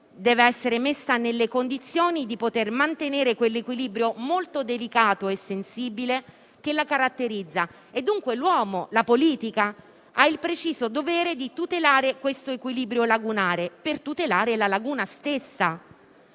deve essere messa nelle condizioni di poter mantenere quell'equilibrio, molto delicato e sensibile, che la caratterizza e, dunque, l'uomo e la politica hanno il preciso dovere di tutelare questo equilibrio lagunare, per tutelare la laguna stessa.